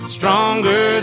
Stronger